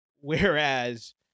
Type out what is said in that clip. Whereas